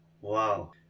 Wow